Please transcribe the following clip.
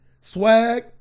swag